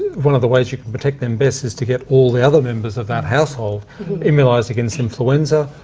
one of the ways you can protect them best is to get all the other members of that household immunised against influenza,